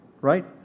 right